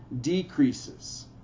decreases